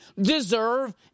deserve